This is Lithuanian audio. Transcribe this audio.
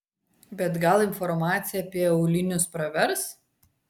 bet gal informacija apie aulinius pravers